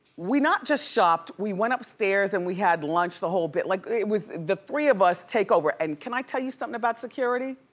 we not just shopped, we went upstairs and we had lunch, the whole bit. like it was the three of us take over. and can i tell you something about security.